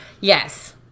Yes